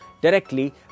directly